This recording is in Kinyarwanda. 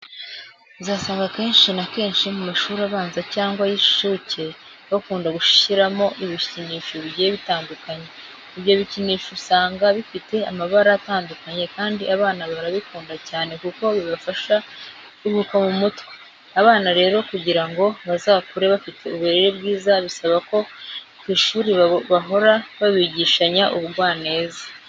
Uzasanga akenshi na kenshi mu mashuri abanza cyangwa ay'inshuke bakunda gushyiramo ibikinisho bigiye bitandukanye. Ibyo bikinisho usanga bifite amabara atandukanye kandi abana barabikunda cyane kuko bibafasha kuruhuka mu mutwe. Abana rero kugira ngo bazakure bafite uburere bwiza bisaba ko ku ishuri bahora babigishanya ubugwaneza.